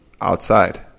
outside